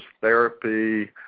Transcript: therapy